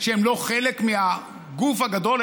שהם לא חלק מהגוף הגדול,